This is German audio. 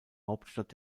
hauptstadt